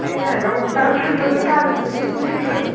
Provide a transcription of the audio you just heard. ए होइन म त थरथरथरथर कामेको जस्तो सुनेँ नि त